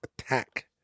attack